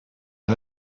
est